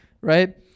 right